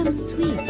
um sweet